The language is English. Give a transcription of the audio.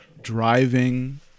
driving